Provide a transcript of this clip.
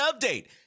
update